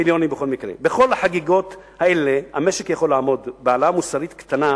"בכל החגיגות האלה המשק יכול לעמוד בהעלאה מוסרית קטנה